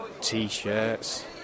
T-shirts